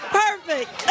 perfect